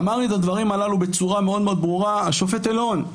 אמר את הדברים הללו בצורה מאוד ברורה השופט אלון.